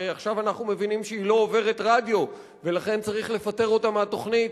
שעכשיו אנחנו מבינים שהיא לא עוברת רדיו ולכן צריך לפטר אותה מהתוכנית